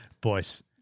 Boys